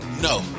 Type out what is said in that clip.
no